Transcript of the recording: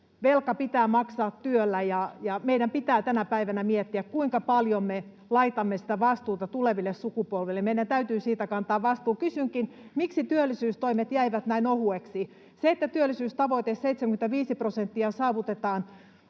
Velka pitää maksaa työllä, ja meidän pitää tänä päivänä miettiä, kuinka paljon me laitamme sitä vastuuta tuleville sukupolville. Meidän täytyy siitä kantaa vastuu. Kysynkin: miksi työllisyystoimet jäivät näin ohueksi? Se, että työllisyystavoite, 75 prosenttia, saavutetaan,